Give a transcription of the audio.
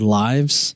lives